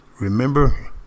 Remember